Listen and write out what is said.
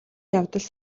явдал